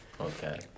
Okay